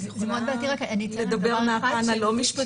אני יכולה לדבר על הפן הלא משפטי?